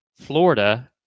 Florida